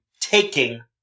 taking